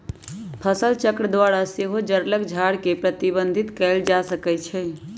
फसलचक्र द्वारा सेहो जङगल झार के प्रबंधित कएल जा सकै छइ